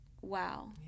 wow